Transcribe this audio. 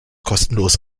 kostenlos